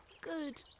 Good